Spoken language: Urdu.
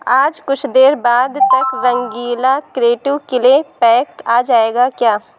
آج کچھ دیر بعد تک رنگیلا کریئٹو کلے پیک آ جائے گا کیا